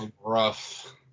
Rough